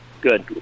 good